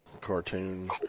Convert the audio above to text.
cartoon